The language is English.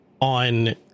on